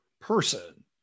person